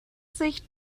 sich